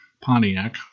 Pontiac